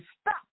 stop